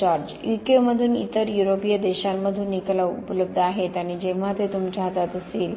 George UK मधून इतर युरोपीय देशांमधून निकाल उपलब्ध आहेत आणि जेव्हा ते तुमच्या हातात असेल